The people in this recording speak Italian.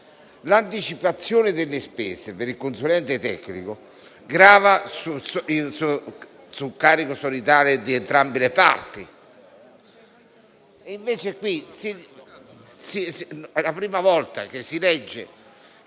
l'anticipazione delle spese per il consulente tecnico è a carico solidale di entrambe le parti.